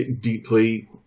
deeply